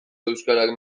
euskarak